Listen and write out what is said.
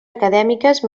acadèmiques